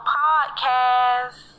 podcast